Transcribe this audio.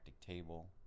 table